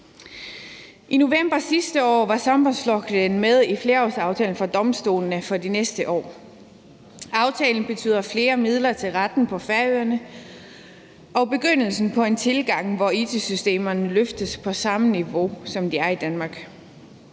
I november sidste år var Sambandsflokkurin med i flerårsaftalen om domstolene. Aftalen betyder flere midler til retten på Færøerne og begyndelsen på en tilgang, hvor it-systemerne løftes til samme niveau, som de er på i Danmark.